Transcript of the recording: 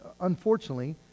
Unfortunately